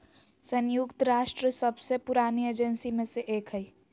संयुक्त राष्ट्र सबसे पुरानी एजेंसी में से एक हइ